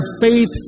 faith